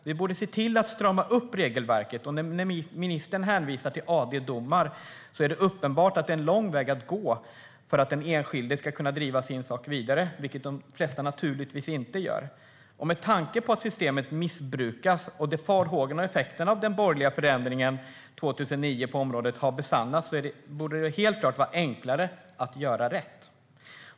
Vi borde se till att strama upp regelverket. När ministern hänvisar till AD-domar är det uppenbart att det är en lång väg att gå för att den enskilde ska kunna driva sin sak vidare, vilket de flesta naturligtvis inte gör. Med tanke på att systemet missbrukas och att farhågorna om effekten av den borgerliga förändringen 2009 på området har besannats borde det helt klart bli enklare att göra rätt.